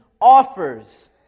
offers